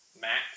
mac